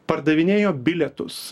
pardavinėjo bilietus